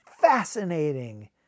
fascinating